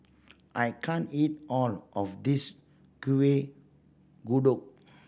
I can't eat all of this Kuih Kodok